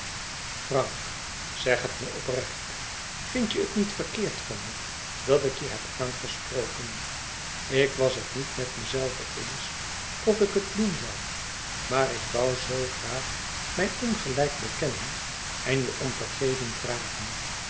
frank zeg het me oprecht vindt je het niet verkeerd van me dat ik je heb aangesproken ik was het niet met mezelve eens of ik het doen zoû maar ik woû zoo graag mijn ongelijk bekennen en je om vergeving vragen